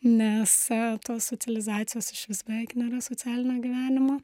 nes tos socializacijos išvis beveik nėra socialinio gyvenimo